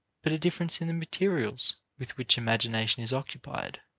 but a difference in the materials with which imagination is occupied.